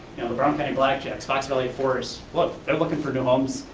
the brown county blackjacks, fox belly forest, look, they're looking for new homes.